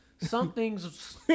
something's